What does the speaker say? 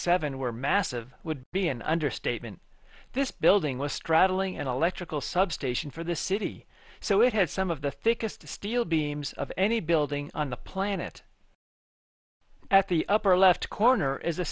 seven were massive would be an understatement this building was straddling an electrical substation for the city so it had some of the thickest steel beams of any building on the planet at the upper left corner is a